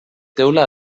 teula